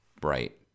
bright